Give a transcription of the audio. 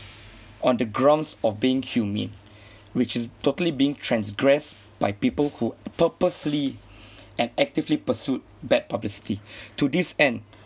on the grounds of being humane which is totally being transgressed by people who purposely and actively pursued bad publicity to this end